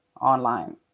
online